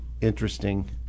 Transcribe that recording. interesting